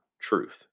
truth